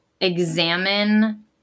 examine